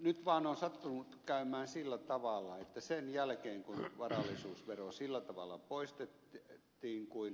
nyt vaan on sattunut käymään sillä tavalla että sen jälkeen kun varallisuusvero sillä tavalla poistettiin kuin ed